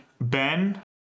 Ben